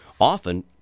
often